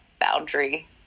boundary